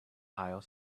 aisle